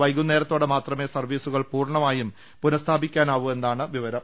വൈകുന്നേരത്തോടെ മാത്രമേ സർവീസുകൾ പൂർണമായും പുനഃസ്ഥാപിക്കാനാവൂ എന്നാണ് വിവരം